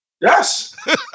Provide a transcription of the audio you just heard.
Yes